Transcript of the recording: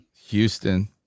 Houston